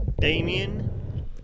Damien